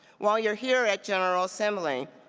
while you're here at general assembly.